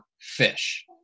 fish